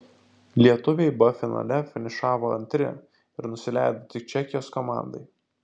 lietuviai b finale finišavo antri ir nusileido tik čekijos komandai